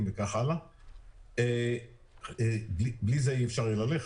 וכן הלאה בלי זה אי אפשר יהיה ללכת.